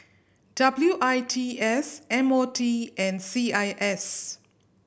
W I T S M O T and C I S